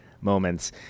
moments